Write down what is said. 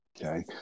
okay